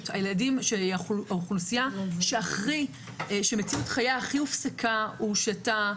הילדים, שהמציאות שלהם הופסקה, הושהתה,